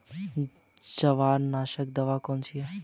जवार नाशक दवा कौन सी है?